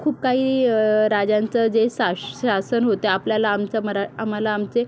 खूप काही राजांचं जे सा शासन होते आपल्याला आमचं मरा आम्हाला आमचे